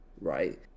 right